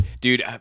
dude